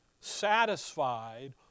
satisfied